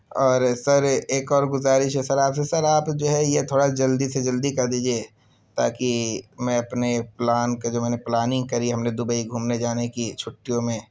اور سر ایک اور گزارش ہے سر آپ سے سر آپ جو ہے یہ تھوڑا جلدی سے جلدی کر دیجیے تاکہ میں اپنے پلان کا جو میں نے پلاننگ کری ہے ہم نے دبئی گھومنے جانے کی چھٹیوں میں